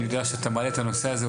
אני יודע שאתה מעלה את הנושא הזה,